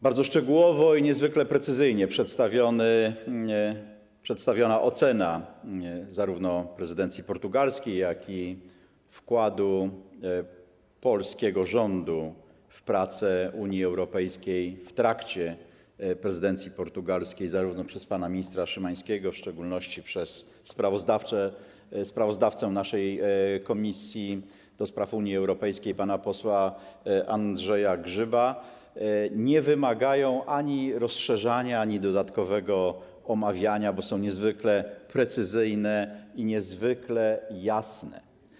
Bardzo szczegółowo i niezwykle precyzyjnie została przedstawiona ocena - zarówno prezydencji portugalskiej, jak i wkładu polskiego rządu w prace Unii Europejskiej w trakcie prezydencji portugalskiej - przez pana ministra Szymańskiego i w szczególności przez sprawozdawcę naszej Komisji do Spraw Unii Europejskiej pana posła Andrzeja Grzyba i nie wymaga ani rozszerzania, ani dodatkowego omawiania, bo jest to niezwykle precyzyjne i niezwykle jasne.